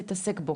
התעסק בו